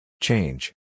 Change